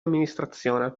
amministrazione